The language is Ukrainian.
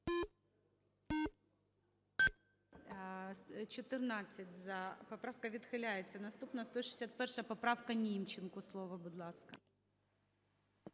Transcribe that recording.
За-14 Поправка відхиляється. Наступна - 161 поправка. Німченку слово, будь ласка.